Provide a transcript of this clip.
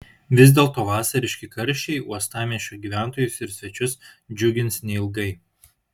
vis dėlto vasariški karščiai uostamiesčio gyventojus ir svečius džiugins neilgai